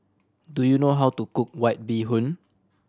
do you know how to cook White Bee Hoon